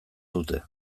dute